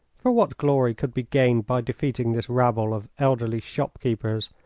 for what glory could be gained by defeating this rabble of elderly shopkeepers,